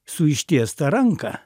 su ištiesta ranka